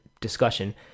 discussion